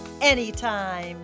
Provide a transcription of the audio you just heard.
Anytime